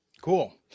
Cool